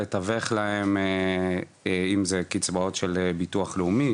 לתווך להם אם זה קצבאות של ביטוח לאומי,